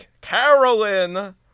Carolyn